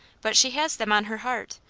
but she has them on her heart.